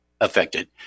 affected